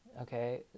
okay